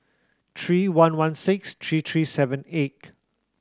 three one one six three three seven eight